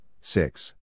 six